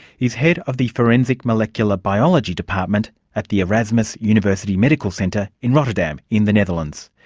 is head of the forensic molecular biology department at the erasmus university medical centre in rotterdam, in the netherlands.